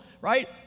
right